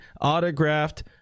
autographed